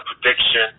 prediction